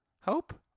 Hope